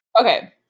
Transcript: Okay